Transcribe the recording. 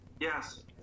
Yes